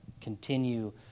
continue